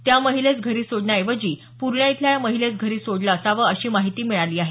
त्या महिलेस घरी सोडण्याऐवजी पूर्णा इथल्या या महिलेस घरी सोडलं असावं अशी माहिती मिळाली आहे